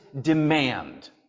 demand